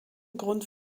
grund